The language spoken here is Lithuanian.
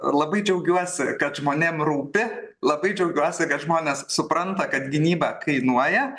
labai džiaugiuosi kad žmonėm rūpi labai džiaugiuosi kad žmonės supranta kad gynyba kainuoja